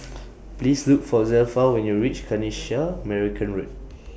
Please Look For Zelpha when YOU REACH Kanisha Marican Road